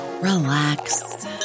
relax